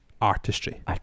artistry